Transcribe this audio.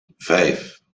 vijf